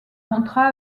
contrat